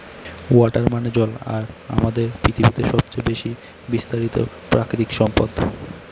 water মানে জল আর আমাদের পৃথিবীতে সবচেয়ে বেশি বিস্তারিত প্রাকৃতিক সম্পদ